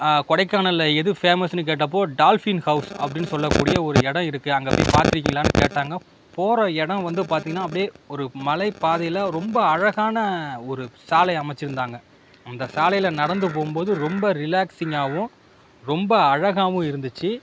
கொடைக்கானலில் எது ஃபேமஸ்னு கேட்டப்போது டால்ஃபின் ஹௌஸ் அப்படின்னு சொல்லக்கூடிய ஒரு இடம் இருக்கு அங்கே போய் பார்த்துருக்கீங்களானு கேட்டாங்கள் போகிற இடம் வந்து பார்த்தீங்கன்னா அப்டி ஒரு மலை பாதையில் ரொம்ப அழகான ஒரு சாலை அமைச்சுருந்தாங்க அந்த சாலையில் நடந்து போகும்போது ரொம்ப ரிலாக்ஸிங்காவும் ரொம்ப அழகாவும் இருந்துச்சு